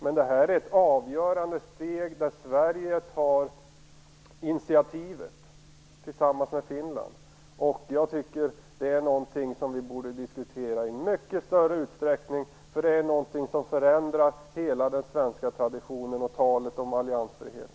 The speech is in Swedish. Men det här är ett avgörande steg där Sverige tar initiativet tillsammans med Finland, och jag tycker att det är någonting som vi borde diskutera i mycket större utsträckning, för detta förändrar hela den svenska traditionen och talet om alliansfrihet.